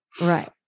Right